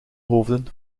hoofden